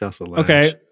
Okay